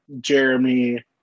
Jeremy